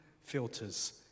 filters